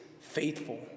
faithful